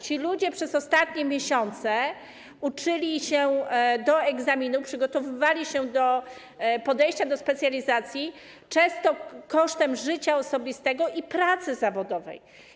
Ci ludzie przez ostatnie miesiące uczyli się do egzaminu, przygotowywali się do podejścia do egzaminu na specjalizację, często kosztem życia osobistego i pracy zawodowej.